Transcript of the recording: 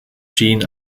jean